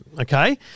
okay